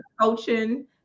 coaching